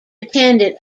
attended